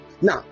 now